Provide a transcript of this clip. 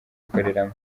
ikoreramo